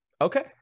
Okay